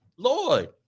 Lord